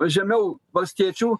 žemiau valstiečių